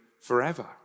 forever